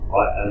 Right